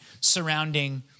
surrounding